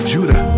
Judah